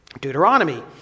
Deuteronomy